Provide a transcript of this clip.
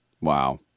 Wow